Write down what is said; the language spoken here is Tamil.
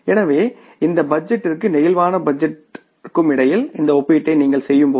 எனவே இந்த பட்ஜெட்டிற்கும் பிளேக்சிபிள் பட்ஜெட்டிற்கும் இடையில் இந்த ஒப்பீட்டை நீங்கள் செய்யும்போது